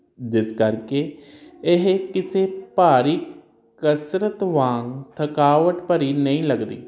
ਜਿਸ ਕਰਕੇ ਇਹ ਕਿਸੇ ਭਾਰੀ ਕਸਰਤ ਵਾਂਗ ਥਕਾਵਟ ਭਰੀ ਨਹੀਂ ਲੱਗਦੀ